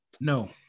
No